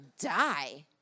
die